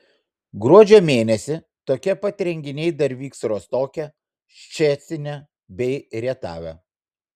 gruodžio mėnesį tokie pat renginiai dar vyks rostoke ščecine bei rietave